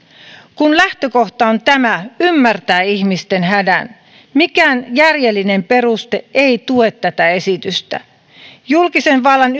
kun lähtökohta on tämä ymmärtää ihmisten hädän mikään järjellinen peruste ei tue tätä esitystä yksi julkisen vallan